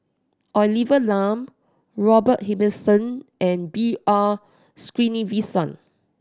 Olivia Lum Robert Ibbetson and B R Sreenivasan